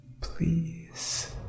Please